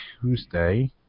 Tuesday